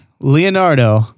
Leonardo